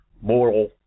moral